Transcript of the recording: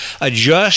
adjust